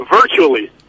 virtually